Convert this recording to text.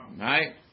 Right